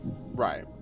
right